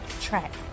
track